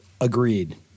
Agreed